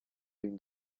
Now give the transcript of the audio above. une